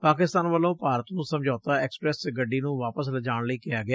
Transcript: ਪਾਕਿਸਤਾਨ ਵੱਲੋਂ ਭਾਰਤ ਨੂੰ ਸਮਝੌਤਾ ਐਕਸਯੈਸ ਗੱਡੀ ਨੂੰ ਵਾਪਸ ਲਿਜਾਣ ਲਈ ਕਿਹਾ ਗਿਆ